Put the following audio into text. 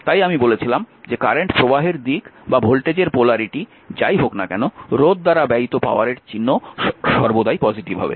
তাই আমি বলেছিলাম যে কারেন্টের প্রবাহের দিক বা ভোল্টেজের পোলারিটি যাই হোক না কেন রোধ দ্বারা ব্যয়িত পাওয়ারের চিহ্ন সর্বদা পজিটিভ হবে